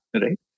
right